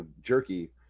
jerky